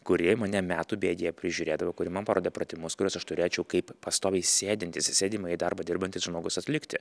kuri mane metų bėgyje prižiūrėdavo kuri man parodė pratimus kuriuos aš turėčiau kaip pastoviai sėdintis į sėdimąjį darbą dirbantis žmogus atlikti